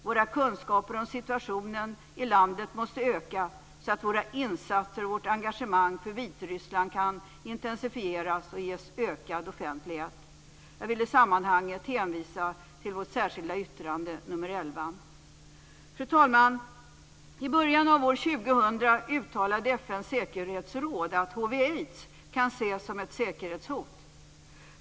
Våra kunskaper om situationen i landet måste öka så att våra insatser och vårt engagemang för Vitryssland kan intensifieras och ges ökad offentlighet. I detta sammanhang vill jag hänvisa till vårt särskilda yttrande nr 11. Fru talman! I början av år 2000 uttalade FN:s säkerhetsråd att hiv/aids kan ses som ett säkerhetshot.